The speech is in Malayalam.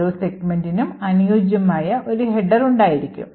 ഓരോ സെഗ്മെന്റിനും അനുയോജ്യമായ ഒരു header ഉണ്ടാകും